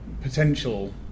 potential